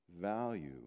value